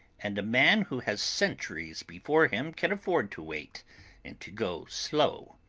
and a man who has centuries before him can afford to wait and to go slow.